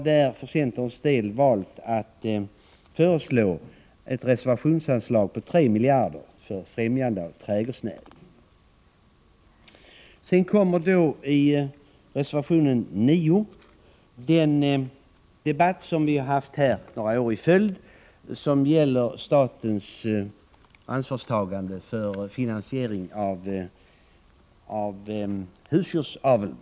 Vi har för centerns del valt att i reservation 8 föreslå ett reservationsanslag på 3 miljarder kronor för främjandet av trädgårdsnäringen. I reservation 9 tar vi upp en fråga som har debatterats här under några år i följd, nämligen statens ansvarstagande för finansiering av husdjursaveln.